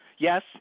Yes